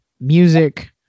music